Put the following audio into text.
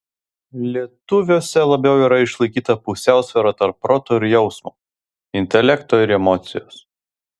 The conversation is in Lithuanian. lietuviuose labiau yra išlaikyta pusiausvyra tarp proto ir jausmo intelekto ir emocijos